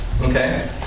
Okay